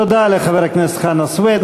תודה לחבר הכנסת חנא סוייד.